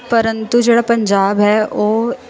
ਪਰੰਤੂ ਜਿਹੜਾ ਪੰਜਾਬ ਹੈ ਉਹ